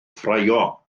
ffraeo